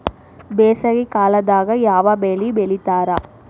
ಬ್ಯಾಸಗಿ ಕಾಲದಾಗ ಯಾವ ಬೆಳಿ ಬೆಳಿತಾರ?